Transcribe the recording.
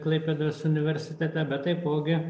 klaipėdos universitete bet taipogi